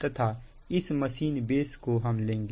तथा इस machine base को हम लेंगे